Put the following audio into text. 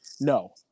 No